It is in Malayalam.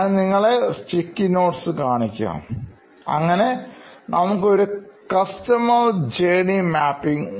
ഞാൻ നിങ്ങളെ sticky notesകാണിക്കാം നമുക്കൊരു കസ്റ്റമർ ജേർണി മാപ്പിംഗ്